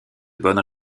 bonnes